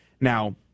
Now